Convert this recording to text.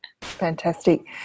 Fantastic